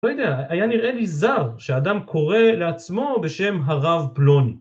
לא יודע, היה נראה לי זר שהאדם קורא לעצמו בשם הרב פלוני.